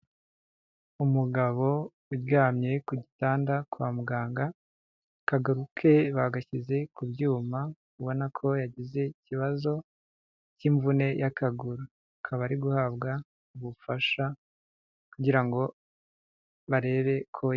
Umugabo uryamye ku gitanda kwa muganga, akaguru ke bagashyize ku byuma, ubona ko yagize ikibazo cy'imvune y'akaguru akaba ari guhabwa ubufasha kugira ngo barebe ko ....